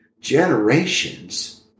generations